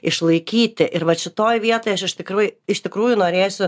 išlaikyti ir vat šitoj vietoje aš iš tikrųjų iš tikrųjų norėsiu